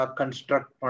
construct